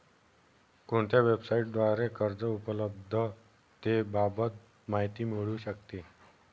कोणत्या वेबसाईटद्वारे कर्ज उपलब्धतेबाबत माहिती मिळू शकते?